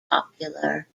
popular